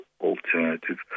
alternative